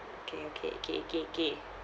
okay okay okay okay okay